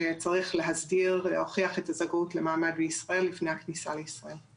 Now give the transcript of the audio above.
שצריך להוכיח את הזכאות למעמד בישראל לפני הכניסה לישראל.